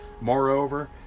Moreover